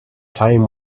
time